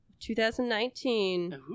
2019